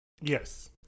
Yes